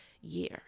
year